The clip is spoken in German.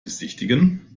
besichtigen